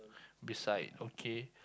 beside okay